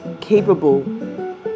capable